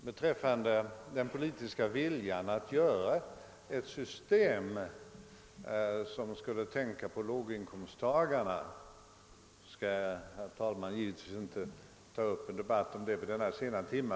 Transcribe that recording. Jag skall givetvis vid denna sena timme, herr talman, inte ta upp någon debatt beträffande den politiska viljan att utarbeta ett system som skulle ta större hänsyn till låginkomsttagarna.